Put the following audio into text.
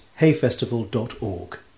hayfestival.org